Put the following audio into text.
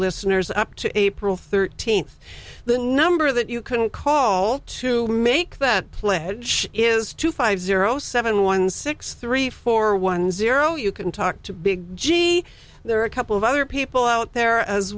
listeners up to april thirteenth the number that you can call to make that pledge is two five zero seven one six three four one zero you can talk to big g there are a couple of other people out there as